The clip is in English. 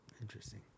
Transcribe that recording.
Interesting